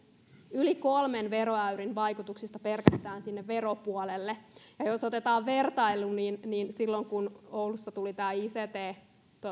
yli kolmen veroäyrin vaikutuksesta pelkästään sinne veropuolelle jos otetaan vertailu niin niin silloin kun oulussa meidän kaupungissamme tuli tämä ict